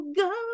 go